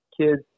kids